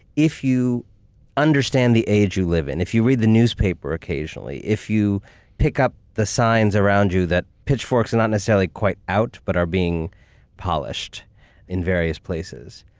if you understand the age you live in, and if you read the newspaper occasionally, if you pick up the signs around you that pitchforks are not necessarily quite out but are being polished in various places,